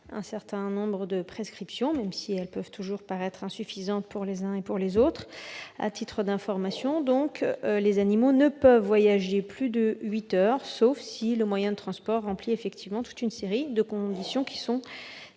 un certain nombre de prescriptions, qui peuvent toujours paraître insuffisantes aux uns ou aux autres. À titre d'information, les animaux ne peuvent voyager plus de 8 heures, sauf si le moyen de transport remplit toute une série de conditions très